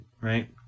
right